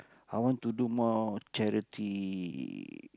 I want to do more charity